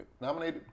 nominated